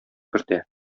кертә